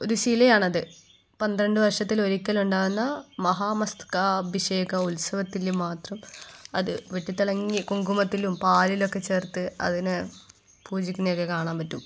ഒരു ശിലയാണത് പന്ത്രണ്ടു വർഷത്തിലൊരിക്കലുണ്ടാകുന്ന മഹാമസ്തകാ അഭിഷേക ഉത്സവത്തിൽ മാത്രം അത് വെട്ടിത്തിളങ്ങി കുങ്കുമത്തിലും പാലിലൊക്കെ ചേർത്ത് അതിനെ പൂജിക്കുന്നതൊക്കെ കാണാൻ പറ്റും